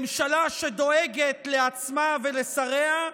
ממשלה שדואגת לעצמה ולשריה,